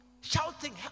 Shouting